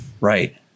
Right